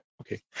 okay